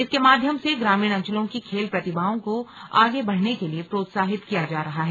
इसके माध्यम से ग्रामीण अंचलों की खेल प्रतिभाओं को आगे बढ़ने के लिए प्रोत्साहित किया जा रहा है